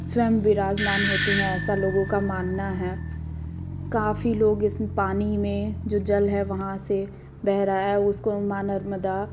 स्वयं विराजमान होती हैं ऐसा लोगों का मानना है काफ़ी लोग इस पानी में जो जल है वो वहाँ से बह रहा है उसको माँ नर्मदा